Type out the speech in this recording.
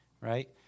right